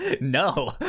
No